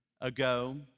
ago